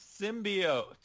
symbiote